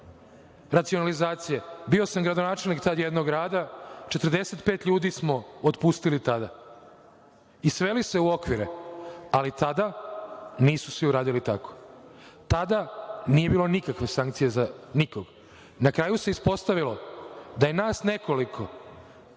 racionalizacije, bio sam gradonačelnik tada jednog grada, 45 ljudi smo otpustili tada i sveli se u okvire, ali tada nisu svi uradili tako. Tada nije bilo nikakve sankcije za nikoga. Na kraju se ispostavilo da smo nas nekoliko,